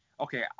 Okay